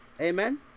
Amen